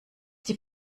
die